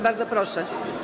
Bardzo proszę.